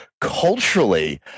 culturally